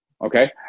Okay